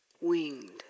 winged